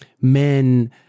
men